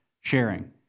sharing